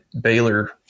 Baylor